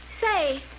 Say